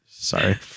Sorry